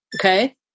Okay